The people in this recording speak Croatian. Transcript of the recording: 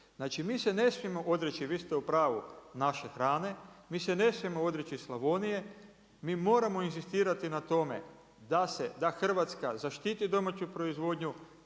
Znači mi se ne smijemo odreći, vi ste u pravu naše hrane, mi se ne smijemo odreći Slavonije, mi moramo inzistirati na tome da Hrvatska zaštiti domaću proizvodnju,